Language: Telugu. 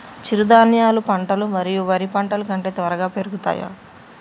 చిరుధాన్యాలు పంటలు వరి పంటలు కంటే త్వరగా పెరుగుతయా?